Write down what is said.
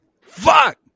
fuck